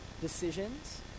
decisions